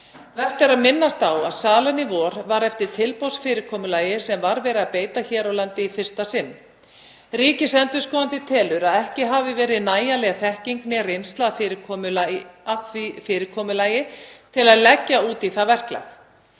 Vert er að minnast á að salan í vor var eftir tilboðsfyrirkomulagi sem var verið að beita hér á landi í fyrsta sinn. Ríkisendurskoðandi telur að ekki hafi verið nægjanleg þekking né reynsla af því fyrirkomulagi til að leggja út í það verklag.